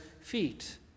feet